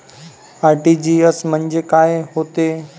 RTGS म्हंजे काय होते?